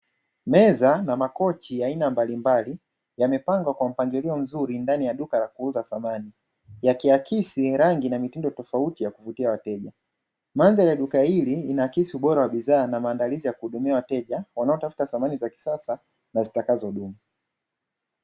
Meza na makochi ya aina mbalimbali yamepangwa kwa mpangilio mzuri ndani ya duka la kuuza samani, yaki akisi rangi na mitindo tofauti ya kuvutia wateja, mandhari ya duka hili linaakisi ubora wa bidhaa na maandalizi ya kuhudumia wateja wanao tafuta samani za kisasa na zitakazo dumu.